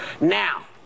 Now